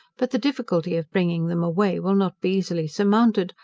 but the difficulty of bringing them away will not be easily surmounted,